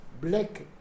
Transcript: black